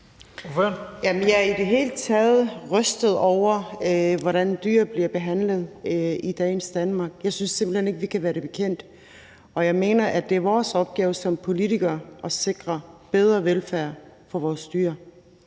Jeg er i det hele taget rystet over, hvordan dyr bliver behandlet i dagens Danmark. Jeg synes simpelt hen ikke, vi kan være det bekendt. Og jeg mener, at det er vores opgave som politikere at sikre bedre velfærd for vores dyr.